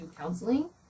counseling